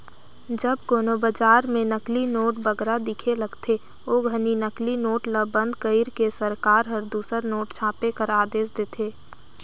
जब कोनो बजार में नकली नोट बगरा दिखे लगथे, ओ घनी नकली नोट ल बंद कइर के सरकार हर दूसर नोट छापे कर आदेस देथे